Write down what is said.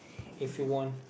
if you won